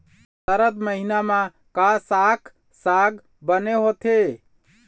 सरद महीना म का साक साग बने होथे?